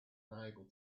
unable